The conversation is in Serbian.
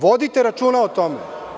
Vodite računa o tome.